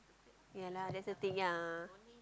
ya lah that's the thing ya